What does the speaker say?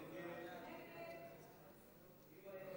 ההסתייגות (2)